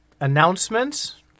announcements